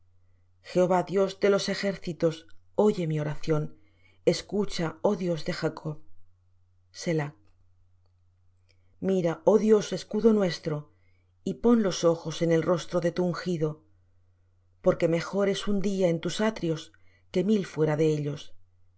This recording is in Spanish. jehová dios de los ejércitos oye mi oración escucha oh dios de jacob selah mira oh dios escudo nuestro y pon los ojos en el rostro de tu ungido porque mejor es un día en tus atrios que mil fuera de ellos